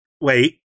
Wait